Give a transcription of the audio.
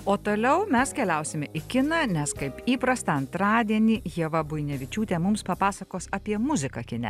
o toliau mes keliausime į kiną nes kaip įprasta antradienį ieva buinevičiūtė mums papasakos apie muziką kine